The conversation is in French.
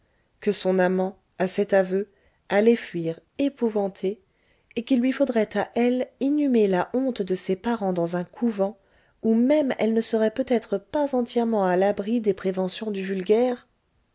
que son amant à cet aveu allait fuir épouvanté et qu'il lui faudrait à elle inhumer la honte de ses parents dans un couvent où même elle ne serait peut-être pas entièrement à l'abri des préventions du vulgaire